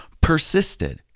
persisted